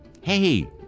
hey